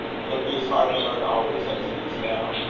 will it be as hard to learn always as it is now?